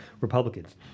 Republicans